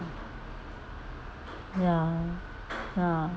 ya ya